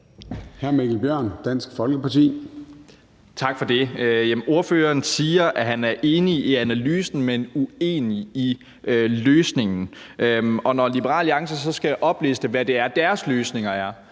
Mikkel Bjørn (DF): Tak for det. Ordføreren siger, at han er enig i analysen, men uenig i løsningen, og når Liberal Alliance så skal opliste, hvad det er, deres løsninger er,